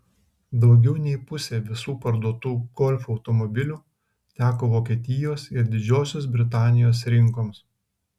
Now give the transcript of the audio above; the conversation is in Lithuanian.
daugiau nei pusė visų parduotų golf automobilių teko vokietijos ir didžiosios britanijos rinkoms